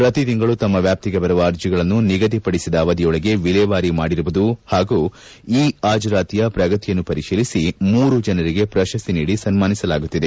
ಪ್ರತಿ ತಿಂಗಳು ತಮ್ಮ ವ್ಯಾಪ್ತಿಗೆ ಬರುವ ಅರ್ಜಿಗಳನ್ನು ನಿಗದಿಪಡಿಸಿದ ಅವಧಿಯೊಳಗೆ ವಿಲೇವಾರಿ ಮಾಡಿರುವುದು ಹಾಗೂ ಇ ಹಾಜರಾತಿಯ ಪ್ರಗತಿಯನ್ನು ಪರಿಶೀಲಿಸಿ ಮೂರು ಜನರಿಗೆ ಪ್ರಶಸ್ತಿ ನೀಡಿ ಸನ್ಮಾನಿಸಲಾಗುತ್ತಿದೆ